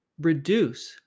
reduce